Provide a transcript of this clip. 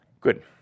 Good